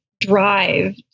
drive